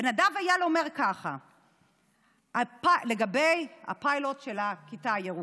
נדב אייל אומר ככה לגבי הפיילוט של הכיתה הירוקה: